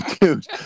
Dude